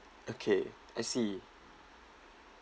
okay I see